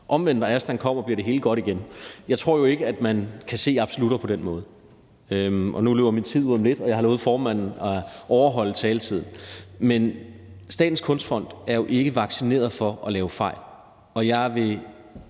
Omvendt, når Aslan kommer, bliver det hele godt igen. Jeg tror jo ikke, at man kan se absolutter på den måde. Nu løber min tid ud om lidt, og jeg har lovet formanden at overholde taletiden. Men Statens Kunstfond er jo ikke vaccineret mod at lave fejl, og jeg vil